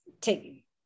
take